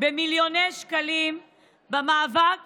מיליוני שקלים בקמפיינים ענקיים למאבק